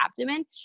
abdomen